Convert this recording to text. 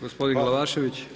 Gospodin Glavašević.